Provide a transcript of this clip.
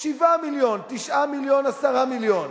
7 מיליון, 9 מיליון, 10 מיליון,